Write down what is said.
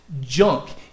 junk